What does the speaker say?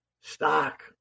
stock